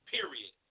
Period